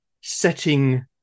setting